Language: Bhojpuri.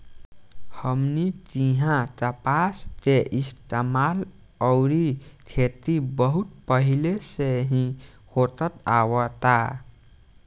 हमनी किहा कपास के इस्तेमाल अउरी खेती बहुत पहिले से ही होखत आवता